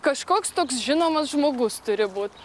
kažkoks toks žinomas žmogus turi būt